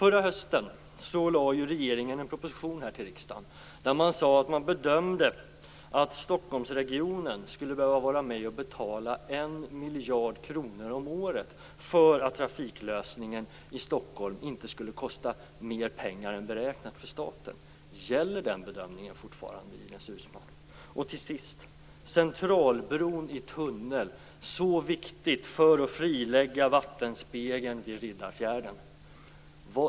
Förra hösten lade regeringen fram en proposition till riksdagen där man sade att man bedömde att Stockholmsregionen skulle behöva vara med och betala 1 miljard kronor om året för att trafiklösningen i Stockholm inte skulle kosta mer pengar än beräknat för staten. Gäller den bedömningen fortfarande, Ines Uusmann? Till sist, Centralbron i tunnel, så viktigt för att frilägga vattenspegeln i Riddarfjärden.